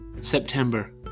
september